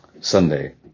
Sunday